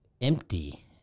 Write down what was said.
empty